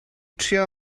trio